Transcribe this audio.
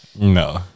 no